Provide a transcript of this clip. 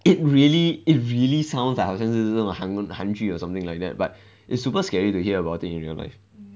it really it really sounds like 好像是那种韩韩剧 or something like that but it's super scary to hear about it in real life